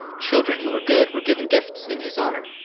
children who were good were given gifts in his honor,